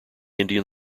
indian